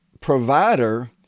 provider